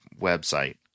website